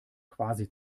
quasi